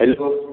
hello